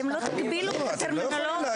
אתם לא תגבילו טרמינולוגיה,